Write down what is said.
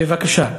בבקשה.